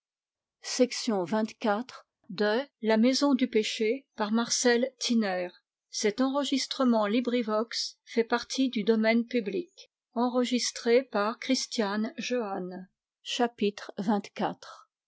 à la maison du